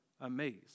amazed